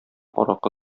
аракы